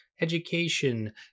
education